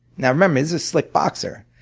now remember, he's a slick boxer.